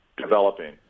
developing